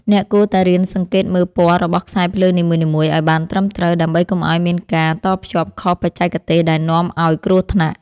អ្នកគួរតែរៀនសង្កេតមើលពណ៌របស់ខ្សែភ្លើងនីមួយៗឱ្យបានត្រឹមត្រូវ ដើម្បីកុំឱ្យមានការតភ្ជាប់ខុសបច្ចេកទេសដែលនាំឱ្យគ្រោះថ្នាក់។